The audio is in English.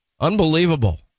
Unbelievable